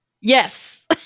Yes